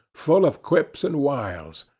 full of quips and wiles.